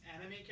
anime